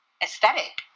aesthetic